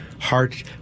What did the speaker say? heart